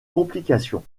complications